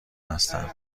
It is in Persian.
هستم